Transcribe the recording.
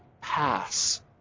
pass